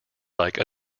like